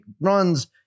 runs